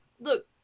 Look